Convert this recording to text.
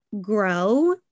grow